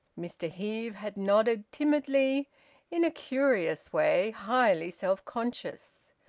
mr heve had nodded timidly in a curious way, highly self-conscious.